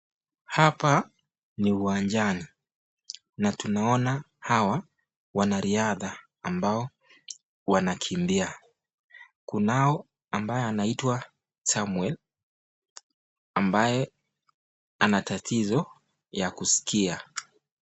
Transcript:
Hapa ni uwanjani na tunaona hawa wanariadha ambao wanakimbia, kunao ambaye anaitwa Samwel ambaye ana tatizo ya kuskia.